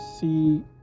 see